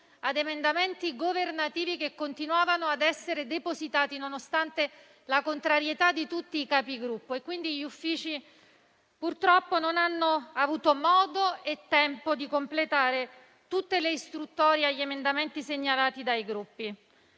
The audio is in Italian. su emendamenti governativi che continuavano ad essere depositati, nonostante la contrarietà di tutti i Capigruppo; quindi gli uffici purtroppo non hanno avuto modo e tempo di completare tutte le istruttorie sugli emendamenti segnalati dai Gruppi.